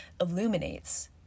illuminates